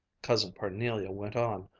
cousin parnelia went on,